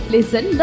Listen